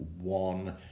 one